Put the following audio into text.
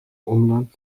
umland